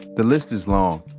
the list is long.